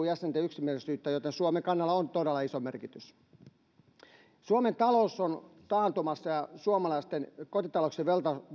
jäsenten yksimielisyyttä joten suomen kannalla on todella iso merkitys suomen talous on taantumassa ja suomalaisten kotitalouksien